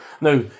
now